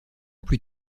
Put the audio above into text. plus